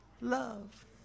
love